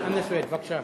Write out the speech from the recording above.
חנא סוייד, בבקשה.